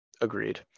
Agreed